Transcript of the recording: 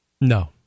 no